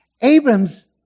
Abram's